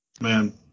Man